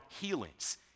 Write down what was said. healings